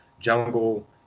Jungle